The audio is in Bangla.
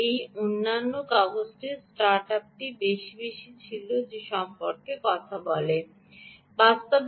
এবং এই অন্যান্য কাগজটি স্টার্ট আপটি বেশ বেশি ছিল সে সম্পর্কে কথা বলছিল